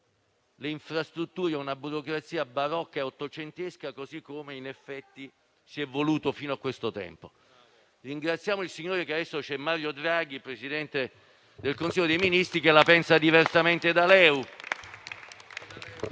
l'infrastruttura e una burocrazia barocca e ottocentesca, così come, in effetti, si è voluto fino a questo momento. Ringraziamo il Signore che adesso c'è Mario Draghi, presidente del Consiglio dei ministri, che la pensa diversamente dal